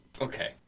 Okay